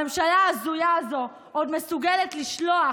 הממשלה ההזויה הזו עוד מסוגלת לשלוח